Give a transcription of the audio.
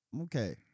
Okay